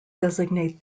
designate